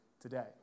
today